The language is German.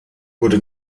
wurde